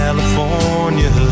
California